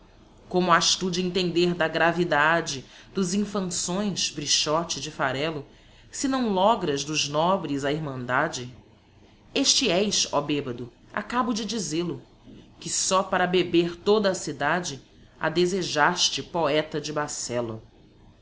como has tu de entender da gravidade dos infanções brichote de farelo se não logras dos nobres a irmandade este és ó bebado acabo de dizel-o que só para beber toda a cidade a desejaste poeta de bacello